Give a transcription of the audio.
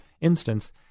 instance